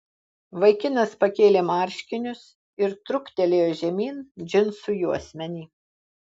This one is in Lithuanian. vaikinas pakėlė marškinius ir truktelėjo žemyn džinsų juosmenį